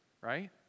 right